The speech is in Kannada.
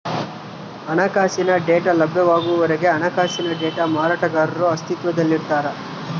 ಹಣಕಾಸಿನ ಡೇಟಾ ಲಭ್ಯವಾಗುವವರೆಗೆ ಹಣಕಾಸಿನ ಡೇಟಾ ಮಾರಾಟಗಾರರು ಅಸ್ತಿತ್ವದಲ್ಲಿರ್ತಾರ